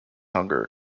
hunger